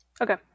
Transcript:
Okay